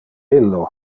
illo